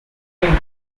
eight